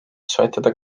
soetada